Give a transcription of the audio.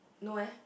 no eh